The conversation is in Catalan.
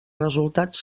resultats